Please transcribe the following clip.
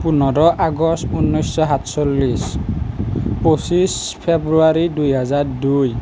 পোন্ধৰ আগষ্ট ঊনৈছশ সাতচল্লিছ পঁচিছ ফেব্ৰুৱাৰী দুহেজাৰ দুই